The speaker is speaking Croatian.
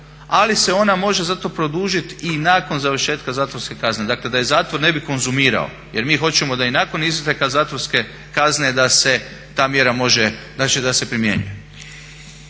ali se ona može zato produžiti i nakon završetka zatvorske kazne. Dakle da je zatvor ne bi konzumirao jer mi hoćemo da i nakon isteka zatvorske kazne da se ta mjera može, znači